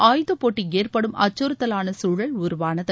ஆயுதப்போட்டி ஏற்படும் அச்சுறுத்தலான சூழல் உருவானது